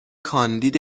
کاندید